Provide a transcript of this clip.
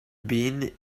bean